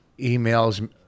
emails